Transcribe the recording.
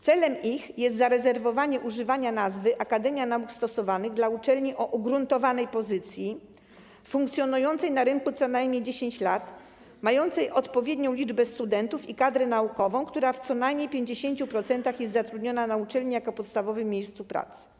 Celem ich jest zarezerwowanie używania nazwy „akademia nauk stosowanych” dla uczelni o ugruntowanej pozycji, funkcjonującej na rynku co najmniej 10 lat, mającej odpowiednią liczbę studentów i kadrę naukową, która w co najmniej 50% jest zatrudniona na uczelni i jest to jej podstawowe miejsce pracy.